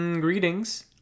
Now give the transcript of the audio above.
greetings